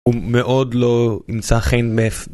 ומאוד לא ימצא חן